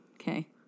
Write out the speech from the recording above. Okay